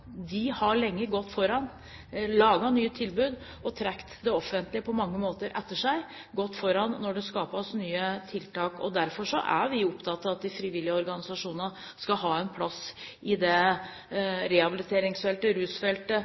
De har lenge gått foran – laget nye tilbud og på mange måter trukket det offentlige etter seg – når det skapes nye tiltak. Derfor er vi opptatt av at de frivillige organisasjonene skal ha en plass i rehabiliteringsfeltet/rusfeltet, og for så vidt også når det